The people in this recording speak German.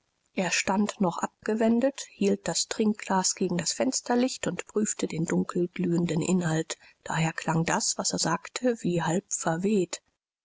er stand noch abgewendet hielt das trinkglas gegen das fensterlicht und prüfte den dunkelglühenden inhalt daher klang das was er sagte wie halb verweht